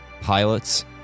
pilots